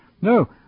No